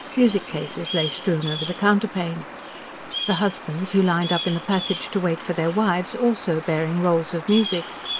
music-cases lay strewn over the counterpane the husbands who lined up in the passage, to wait for their wives, also bearing rolls of music.